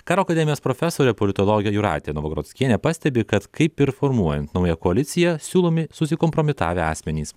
karo akademijos profesorė politologė jūratė novagrockienė pastebi kad kaip ir formuojant naują koaliciją siūlomi susikompromitavę asmenys